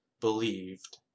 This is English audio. believed